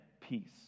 peace